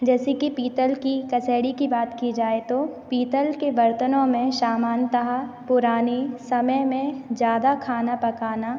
जैसे कि पीतल की कसैड़ी की बात की जाए तो पीतल के बर्तनों में सामानतः पुरानी समय में ज़्यादा खाना पकाना